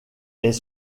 est